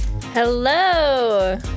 Hello